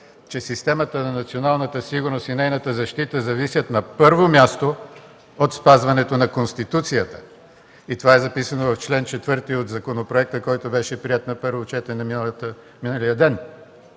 че системата на националната сигурност и нейната защита зависят на първо място от спазването на Конституцията и това е записано в чл. 4 от законопроекта, който миналия ден